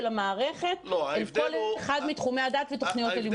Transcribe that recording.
המערכת אל כל אחד מתחומי הדעת ותוכניות הלימודים.